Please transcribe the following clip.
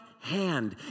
hand